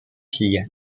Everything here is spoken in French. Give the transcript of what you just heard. filles